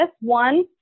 one